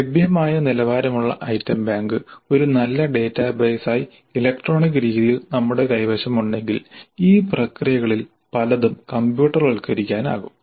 ലഭ്യമായനിലവാരമുള്ള item bank ഒരു നല്ല ഡാറ്റാബേസായി ഇലക്ട്രോണിക് രീതിയിൽ നമ്മുടെ കൈവശമുണ്ടെങ്കിൽ ഈ പ്രക്രിയകളിൽ പലതും കമ്പ്യൂട്ടർവത്കരിക്കാനാകും